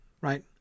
right